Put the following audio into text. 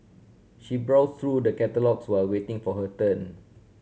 she browse through the catalogues while waiting for her turn